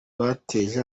bateje